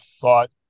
thought